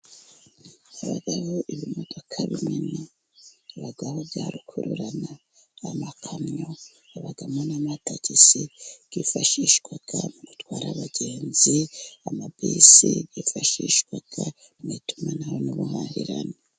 Habaho ibimodoka binini habamo byarukururane, amakamyo, habamo n'amatagisi yifashishwa mu gutwara abagenzi, amabisi yifashishwa mu itumanaho n'ubuhahirane.